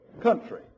country